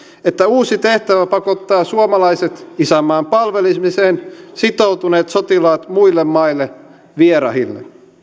että uusi tehtävä pakottaa suomalaiset isänmaan palvelemiseen sitoutuneet sotilaat muille maille vierahille